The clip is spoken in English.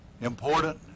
important